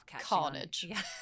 Carnage